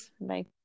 Bye